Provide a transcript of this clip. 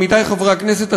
עמיתי חברי הכנסת,